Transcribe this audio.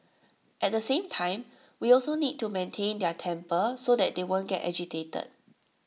at the same time we also need to maintain their temper so that they won't get agitated